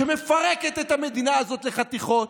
שמפרקת את המדינה הזאת לחתיכות,